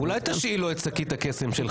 התכנסנו --- אולי תשאיל לנו את "שקית הקסם" שלך?